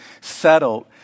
settled